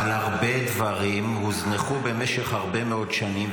אבל הרבה דברים הוזנחו במשך הרבה מאוד שנים,